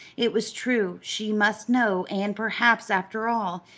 it was true, she must know and perhaps, after all,